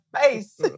face